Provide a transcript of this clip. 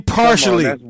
partially